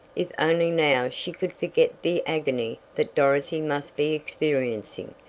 if only now she could forget the agony that dorothy must be experiencing,